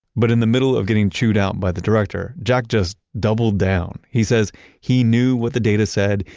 but in the middle of getting chewed out by the director, jack just doubled down. he says he knew what the data said,